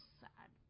sad